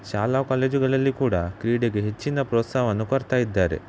ಶಾಲಾ ಕಾಲೇಜುಗಳಲ್ಲಿ ಕೂಡ ಕ್ರೀಡೆಗೆ ಹೆಚ್ಚಿನ ಪ್ರೋತ್ಸಾಹವನ್ನು ಕೊಡ್ತಾ ಇದ್ದಾರೆ